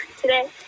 today